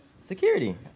Security